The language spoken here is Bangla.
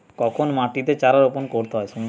কখন মাটিতে চারা রোপণ করতে হয়?